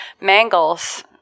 mangles